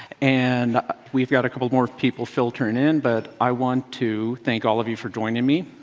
and we've got a couple more people filtering in, but i want to thank all of you for joining me.